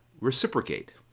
reciprocate